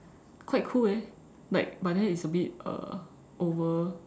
quite cool eh like but then it's like a bit uh over